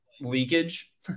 leakage